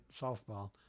softball